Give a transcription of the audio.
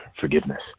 forgiveness